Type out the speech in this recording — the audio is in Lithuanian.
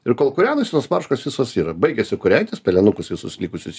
ir kol kūrenasi tos marškos visos yra baigiasi kūrentis pelenukus visus likusius